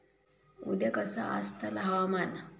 उद्या कसा आसतला हवामान?